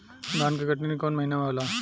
धान के कटनी कौन महीना में होला?